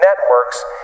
Networks